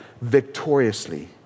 victoriously